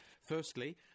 firstly